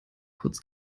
kurz